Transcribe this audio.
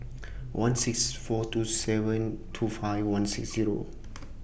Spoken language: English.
one six four two seven two five one six Zero